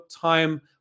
time